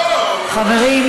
חברים.